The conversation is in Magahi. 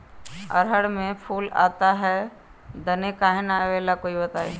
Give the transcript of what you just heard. रहर मे फूल आता हैं दने काहे न आबेले बताई?